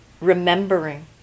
remembering